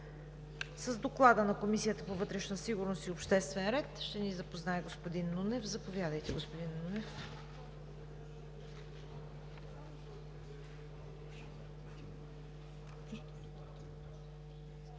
С Доклада на Комисията по вътрешна сигурност и обществен ред ще ни запознае господин Нунев. Заповядайте, господин Нунев.